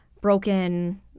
broken